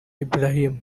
ibrahim